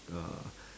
uh